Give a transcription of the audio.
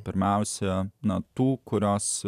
pirmiausia na tų kurios